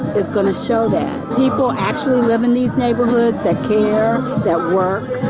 is going to show that. people actually live in these neighborhoods that care, that work,